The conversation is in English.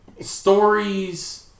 stories